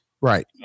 right